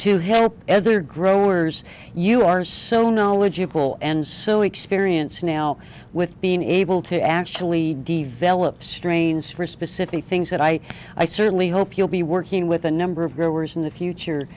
to help other growers you are so knowledgeable and so experience now with being able to actually develop strains for specific things that i i certainly hope you'll be working with a number of growers in the future